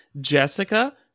Jessica